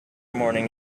morning